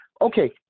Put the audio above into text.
Okay